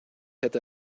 had